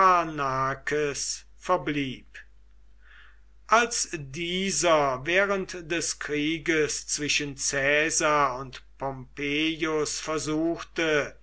pharnakes verblieb als dieser während des krieges zwischen caesar und pompeius versuchte